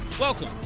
Welcome